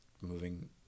moving